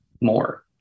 more